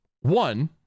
One